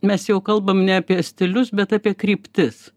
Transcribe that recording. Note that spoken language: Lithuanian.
mes jau kalbam ne apie stilius bet apie kryptis